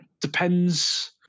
Depends